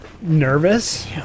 nervous